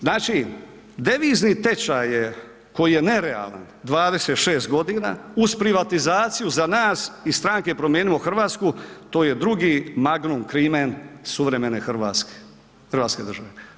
Znači, devizni tečaj je koji je nerealan 26 godina uz privatizaciju za nas iz Stranke Promijenimo Hrvatsku to je drugi magnum crimen suvremene Hrvatske, Hrvatske države.